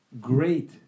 great